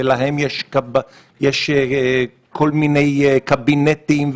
שלהם יש כל מיני קבינטים,